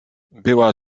była